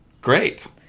Great